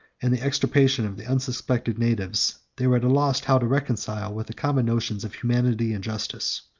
and the extirpation of the unsuspecting natives, they were at a loss how to reconcile with the common notions of humanity and justice.